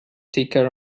ticker